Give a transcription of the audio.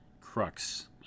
crux